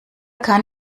kann